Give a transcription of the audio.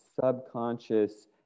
subconscious